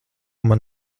man